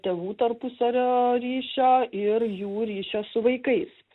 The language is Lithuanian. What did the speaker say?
tėvų tarpusavio ryšio ir jų ryšio su vaikais